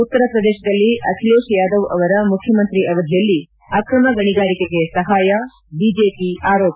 ಉತ್ತರ ಪ್ರದೇಶದಲ್ಲಿ ಅಖಿಲೇಶ್ ಯಾದವ್ ಅವರ ಮುಖ್ಖಮಂತ್ರಿ ಅವಧಿಯಲ್ಲಿ ಅಕ್ರಮ ಗಣಿಗಾರಿಕೆಗೆ ಸಹಾಯ ಬಿಜೆಪಿ ಆರೋಪ